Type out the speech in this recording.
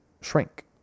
shrink